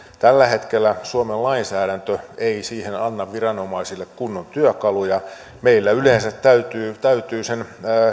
tällä hetkellä suomen lainsäädäntö ei siihen anna viranomaisille kunnon työkaluja meillä yleensä täytyy täytyy sen